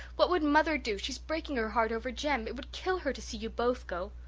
what would mother do? she's breaking her heart over jem. it would kill her to see you both go.